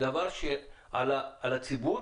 דבר על הציבור